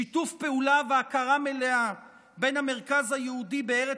שיתוף פעולה והכרה מלאה בין המרכז היהודי בארץ